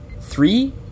Three